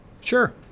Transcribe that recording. Sure